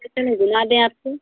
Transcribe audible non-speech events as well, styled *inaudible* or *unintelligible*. *unintelligible* घुमा दे आपको